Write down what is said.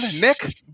Nick